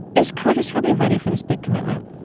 is curtis really ready for this big commitment?